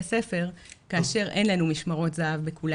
הספר כאשר אין לנו משמרות זה"ב בכולם.